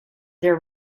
their